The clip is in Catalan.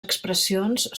expressions